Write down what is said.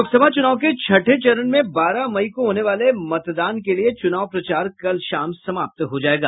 लोकसभा चुनाव के छठे चरण में बारह मई को होने वाले मतदान के लिए चुनाव प्रचार कल शाम समाप्त हो जायेगा